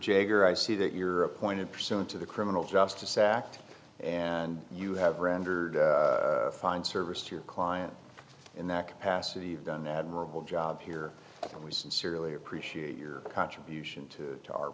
jagger i see that you're appointed pursuant to the criminal justice act and you have rendered fine service to your client in that capacity you've done admirable job here and we sincerely appreciate your contribution to